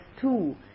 two